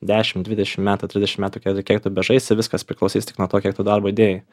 dešim dvidešim metų trisdešim metų kie kiek tu bežaisti viskas priklausys tik nuo to kiek tu darbo įdėjai